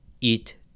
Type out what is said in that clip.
eat